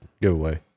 giveaway